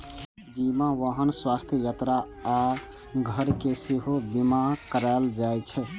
जीवन, वाहन, स्वास्थ्य, यात्रा आ घर के सेहो बीमा कराएल जाइ छै